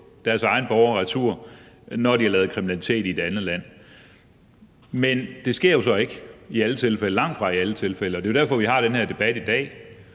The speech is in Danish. tage dem retur, når de har lavet kriminalitet i et andet land. Men det sker jo så ikke i alle tilfælde, langtfra i alle tilfælde, og det er jo derfor, vi har den her debat i dag.